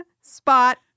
spot